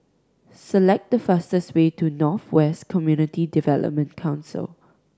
select the fastest way to North West Community Development Council